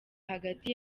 hagati